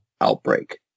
outbreak